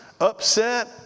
upset